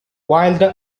wild